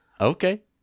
Okay